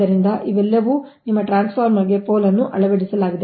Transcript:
ಆದ್ದರಿಂದ ಇವೆಲ್ಲವೂ ನಿಮ್ಮ ಟ್ರಾನ್ಸ್ಫಾರ್ಮರ್ಗೆ ಪೋಲ್ ಅನ್ನು ಅಳವಡಿಸಲಾಗಿದೆ